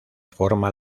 forma